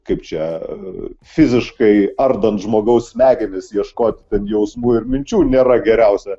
kaip čia fiziškai ardant žmogaus smegenis ieškoti ten jausmų ir minčių nėra geriausia